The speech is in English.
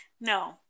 No